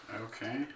Okay